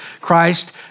Christ